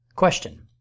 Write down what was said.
Question